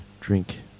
drink